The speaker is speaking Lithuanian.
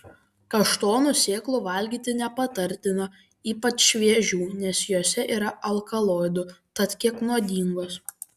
kaštonų sėklų valgyti nepatartina ypač šviežių nes jose yra alkaloidų tad kiek nuodingos